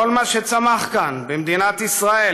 כל מה שצמח כאן במדינת ישראל,